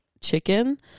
chicken